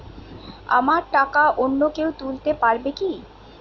আমার টাকা অন্য কেউ তুলতে পারবে কি?